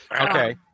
Okay